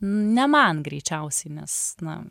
ne man greičiausiai nes na